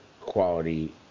quality